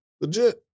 legit